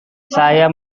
saya